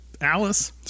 Alice